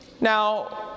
Now